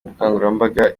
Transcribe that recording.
bukangurambaga